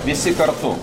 visi kartu